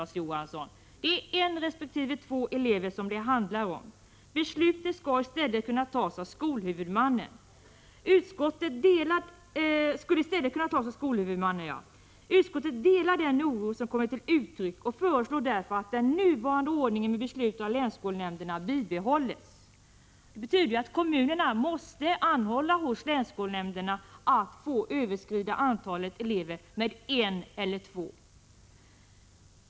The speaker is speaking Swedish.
Det är alltså en resp. två elever det handlar om, Larz Johansson. Beslutet skall i stället kunna tas av skolhuvudmannen. Utskottet delar den oro som här kommit till uttryck och föreslår därför att den nuvarande ordningen med beslut av länsskolnämnderna bibehålls. Det betyder att kommunerna måste anhålla hos länsskolnämnderna om att få överskrida antalet elever med en eller två.